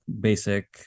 basic